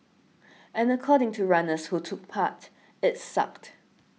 and according to runners who took part it sucked